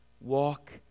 Walk